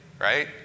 Right